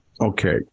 okay